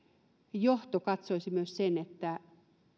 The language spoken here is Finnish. johto katsoisi myös sen että